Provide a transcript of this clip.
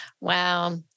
Wow